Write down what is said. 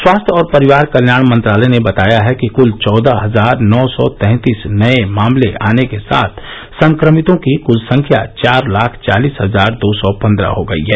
स्वास्थ्य और परिवार कल्याण मंत्रालय ने बताया है कि कृल चौदह हजार नौ सौ तैंतीस नये मामले आने के साथ संक्रमितों की कृल संख्या चार लाख चालीस हजार दो सौ पन्द्रह हो गई है